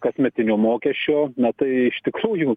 kasmetinio mokesčio na tai iš tikrųjų